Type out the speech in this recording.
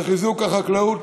לחיזוק החקלאות,